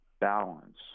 balance